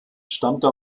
stammte